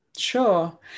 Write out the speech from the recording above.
Sure